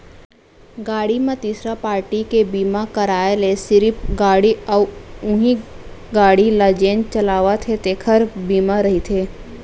गाड़ी म तीसरा पारटी के बीमा कराय ले सिरिफ गाड़ी अउ उहीं गाड़ी ल जेन चलावत हे तेखर बीमा रहिथे